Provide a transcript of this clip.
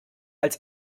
als